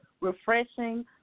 refreshing